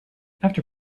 after